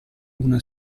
una